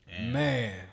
Man